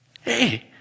Hey